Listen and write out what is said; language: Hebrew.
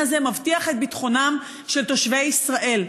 הזה מבטיח את ביטחונם של תושבי ישראל?